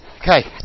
Okay